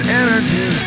energy